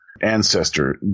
Ancestor